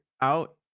out